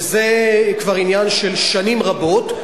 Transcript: וזה כבר עניין של שנים רבות,